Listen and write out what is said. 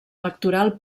electoral